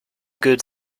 good